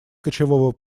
кочевого